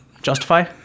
Justify